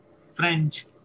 French